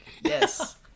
Yes